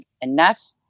enough